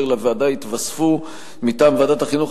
לוועדה יתווספו: מטעם ועדת החינוך,